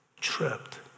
trapped